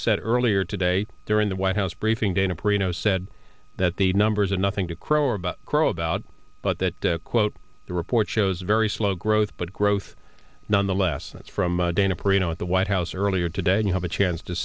said earlier today during the white house briefing dana perino said that the numbers are nothing to crow about crow about but that quote the report shows very slow growth but growth nonetheless that's from dana perino at the white house earlier today and you have a chance to